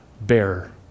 bearer